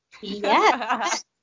Yes